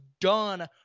done